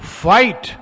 fight